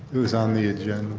it is on the